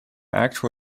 actual